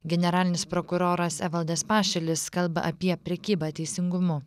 generalinis prokuroras evaldas pašilis kalba apie prekybą teisingumu